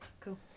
cool